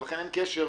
ולכן אין קשר.